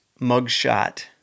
mugshot